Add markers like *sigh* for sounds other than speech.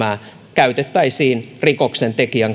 käytettäisiin rikoksentekijän *unintelligible*